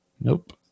Nope